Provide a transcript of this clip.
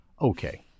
Okay